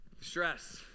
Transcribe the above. stress